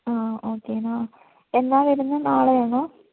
ആ ഓക്കെന്നാ എന്നാണു വരുന്നത് നാളെയാണോ